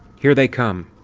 here they come!